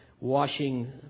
washing